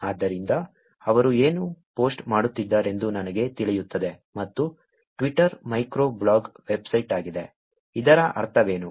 ಆದ್ದರಿಂದ ಅವರು ಏನು ಪೋಸ್ಟ್ ಮಾಡುತ್ತಿದ್ದಾರೆಂದು ನನಗೆ ತಿಳಿಯುತ್ತದೆ ಮತ್ತು Twitter ಮೈಕ್ರೋ ಬ್ಲಾಗ್ ವೆಬ್ಸೈಟ್ ಆಗಿದೆ ಇದರ ಅರ್ಥವೇನು